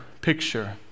picture